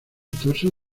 torso